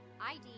ID